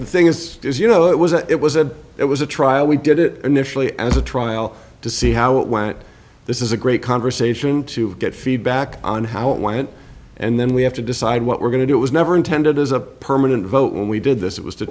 the thing is as you know it was a it was a it was a trial we did it initially as a trial to see how it went this is a great conversation to get feedback on how it went and then we have to decide what we're going to do it was never intended as a permanent vote when we did this it was to